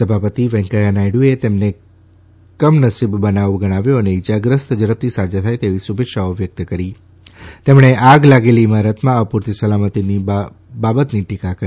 સભાપતિ વૈંકેયાહ નાયડએ તેને કમનસીબ બનાવ ગણાવ્યો અને ઇજાગ્રસ્ત ઝડપથી સાજા થાય તેવી શુભેચ્છાઓ વ્યકત કરી તેમણે આગ લાગેલી ઇમારતમાં અપૂરતી સલામતિની બાબતની ટીકા કરી